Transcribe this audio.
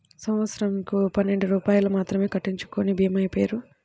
సంవత్సరంకు పన్నెండు రూపాయలు మాత్రమే కట్టించుకొనే భీమా పేరు?